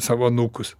savo anūkus